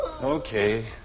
Okay